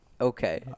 okay